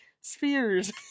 spheres